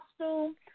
costume